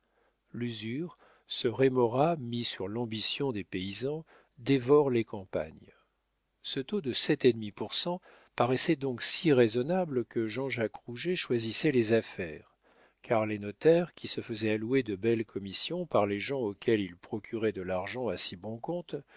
l'usure ce rémora mis sur l'ambition des paysans dévore les campagnes ce taux de sept et demi pour cent paraissait donc si raisonnable que jean-jacques rouget choisissait les affaires car les notaires qui se faisaient allouer de belles commissions par les gens auxquels ils procuraient de l'argent à si bon compte